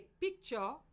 picture